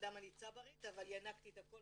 אמנם אני צברית אבל ינקתי את הכול